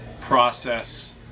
process